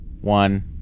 One